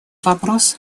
вопрос